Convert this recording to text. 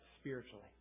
spiritually